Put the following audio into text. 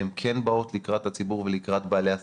הן כן באות לקראת הציבור ולקראת בעלי עסקים,